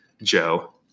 joe